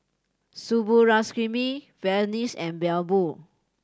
Subbulakshmi Verghese and Bellur